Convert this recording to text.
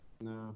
No